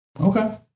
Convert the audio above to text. Okay